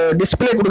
display